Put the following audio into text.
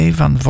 van